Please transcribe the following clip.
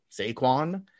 Saquon